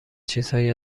چیزهایی